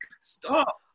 Stop